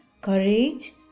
courage